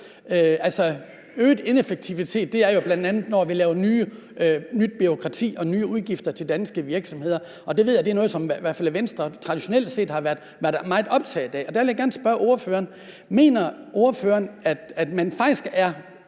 Øget ineffektivitet er jo bl.a., når vi laver nyt bureaukrati og nye udgifter til danske virksomheder. Det ved jeg i hvert fald er noget, som Venstre traditionelt set har været meget optaget af. Der vil jeg gerne spørge ordføreren, om ordføreren mener, at det faktisk er